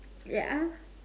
ya